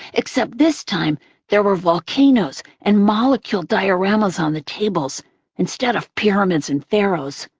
except this time there were volcanoes and molecule dioramas on the tables instead of pyramids and pharaohs.